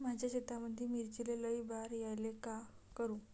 माया शेतामंदी मिर्चीले लई बार यायले का करू?